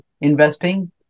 investing